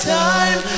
time